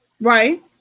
Right